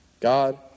God